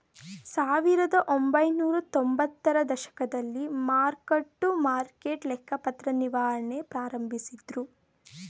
ಸಾವಿರದಒಂಬೈನೂರ ತೊಂಬತ್ತರ ದಶಕದಲ್ಲಿ ಮಾರ್ಕ್ ಟು ಮಾರ್ಕೆಟ್ ಲೆಕ್ಕಪತ್ರ ನಿರ್ವಹಣೆ ಪ್ರಾರಂಭಿಸಿದ್ದ್ರು